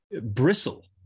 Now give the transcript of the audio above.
bristle